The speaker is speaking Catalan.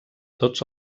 tots